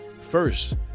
first